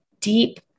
deep